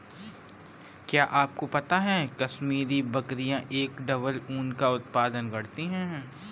क्या आपको पता है कश्मीरी बकरियां एक डबल ऊन का उत्पादन करती हैं?